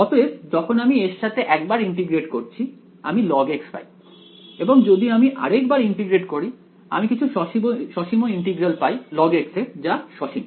অতএব যখন আমি এর সাথে একবার ইন্টিগ্রেট করছি আমি log পাই এবং যদি আমি আরেকবার ইন্টিগ্রেট করি আমি কিছু সসীম ইন্টিগ্রাল পাই log এর যা সসীম